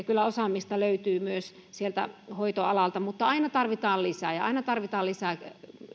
kyllä osaamista löytyy myös sieltä hoitoalalta mutta aina tarvitaan lisää ja aina tarvitaan